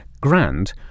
Grand